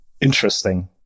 interesting